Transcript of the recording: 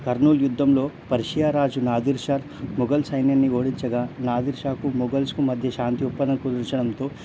కర్నూలు యుద్ధంలో పర్షియా రాజు Nadir Shah Mughal సైన్యాన్ని ఓడించగా నాదిర్ షాకు మొగల్స్కు మధ్య శాంతి ఒప్పందం కుదిర్చడంతో